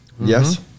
Yes